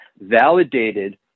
validated